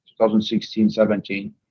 2016-17